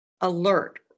alert